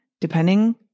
depending